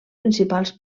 principals